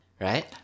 right